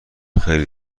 خیلی